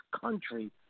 country